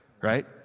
right